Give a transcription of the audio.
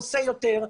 הוא עושה יותר,